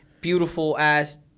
beautiful-ass